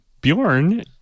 Bjorn